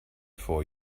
for